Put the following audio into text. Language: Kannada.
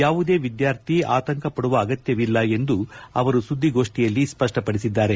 ಯಾವುದೇ ವಿದ್ಲಾರ್ಥಿಗಳು ಆತಂಕ ಪಡುವ ಅಗತ್ಯವಿಲ್ಲ ಎಂದು ಅವರು ಸುದ್ದಿಗೋಷ್ಷಿಯಲ್ಲಿ ಸ್ಪಷ್ಷಪಡಿಸಿದ್ದಾರೆ